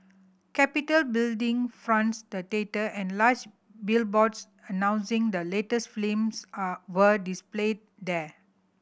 Capitol Building fronts the theatre and large billboards announcing the latest films are were displayed there